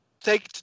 take